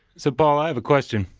so paul, i have a question.